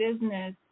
business